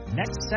next